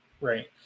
Right